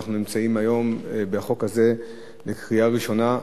שאנחנו נמצאים היום בחוק הזה בקריאה ראשונה.